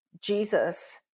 Jesus